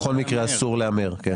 בכל מקרה אסור להמר, כן.